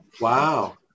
wow